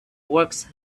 works